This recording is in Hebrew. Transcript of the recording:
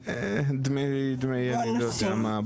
דמי אני לא יודע מה,